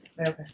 Okay